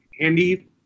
Andy